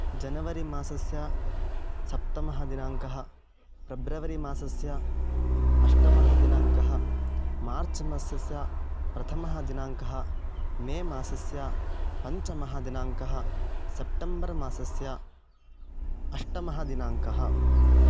जनवरि मासस्य सप्तमः दिनाङ्कः प्रेब्रवरि मासस्य अष्टमः दिनाङ्कः मार्च् मासस्य प्रथमः दिनाङ्कः मे मासस्य पञ्चमः दिनाङ्कः सेप्टेम्बर् मासस्य अष्टमः दिनाङ्कः